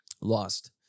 Lost